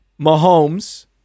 Mahomes